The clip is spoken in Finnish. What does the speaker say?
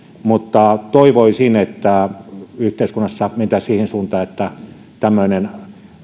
mutta toivoisin että yhteiskunnassa mentäisiin siihen suuntaan että tämmöinen